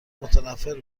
متنفر